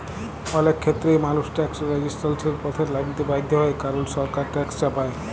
অলেক খ্যেত্রেই মালুস ট্যাকস রেজিসট্যালসের পথে লাইমতে বাধ্য হ্যয় কারল সরকার ট্যাকস চাপায়